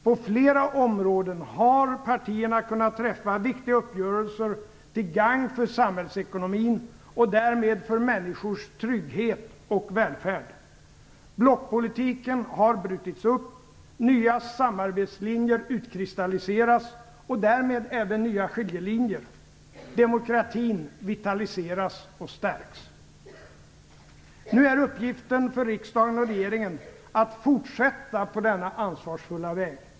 På flera områden har partierna kunnat träffa viktiga uppgörelser till gagn för samhällsekonomin och därmed för människors trygghet och välfärd. Blockpolitiken har brutits upp. Nya samarbetslinjer utkristalliseras, och därmed även nya skiljelinjer. Demokratin vitaliseras och stärks. Nu är uppgiften för riksdagen och regeringen att fortsätta på denna ansvarsfulla väg.